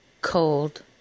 Cold